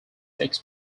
sex